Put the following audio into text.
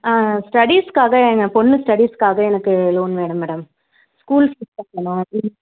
ஸ்டடிஸ்க்காக எங்கள் பொண்ணு ஸ்டடிஸ்க்காக எனக்கு லோன் வேணும் மேடம் ஸ்கூல் சேர்க்கணும் ஃபீஸ்